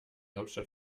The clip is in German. hauptstadt